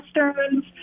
Westerns